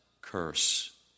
curse